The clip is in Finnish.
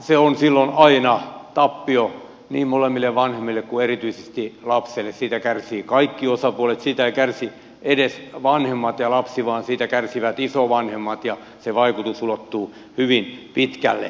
se on silloin aina tappio niin molemmille vanhemmille kuin erityisesti lapselle siitä kärsivät kaikki osapuolet siitä eivät kärsi edes ainoastaan vanhemmat ja lapsi vaan siitä kärsivät isovanhemmat ja se vaikutus ulottuu hyvin pitkälle